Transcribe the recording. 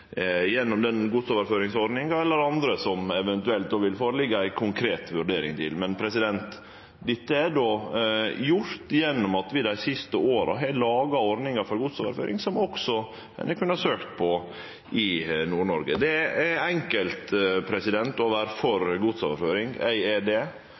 eventuelt då vil liggje føre ei konkret vurdering av. Dette er gjort gjennom at vi dei siste åra har laga ordningar for godsoverføring som ein også har kunna søkje på i Nord-Noreg. Det er enkelt å vere for